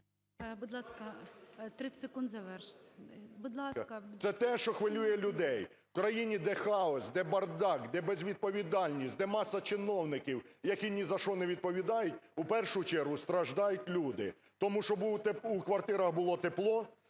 Будь ласка. ЛЯШКО О.В. Це те, що хвилює людей. В країні, де хаос, де бардак, де безвідповідальність, де маса чиновників, які ні за що не відповідають, у першу чергу страждають люди. Тому що був… у квартирах було тепло,